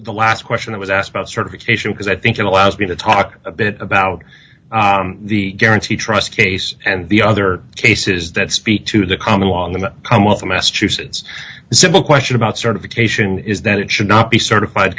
the last question i was asked about certification because i think it allows me to talk a bit about the guarantee trust case and the other cases that speak to the common law and come up to massachusetts and simple question about certification is that it should not be certified